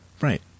Right